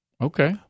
Okay